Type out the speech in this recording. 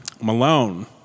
malone